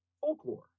folklore